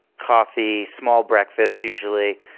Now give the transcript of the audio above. coffee, small breakfast usually,